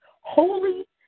holy